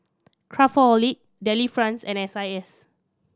Craftholic Delifrance and S I S